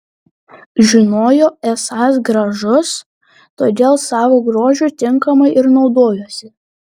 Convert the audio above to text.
žinojo esąs gražus todėl savo grožiu tinkamai ir naudojosi